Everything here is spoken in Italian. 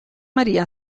maria